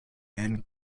and